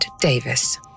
Davis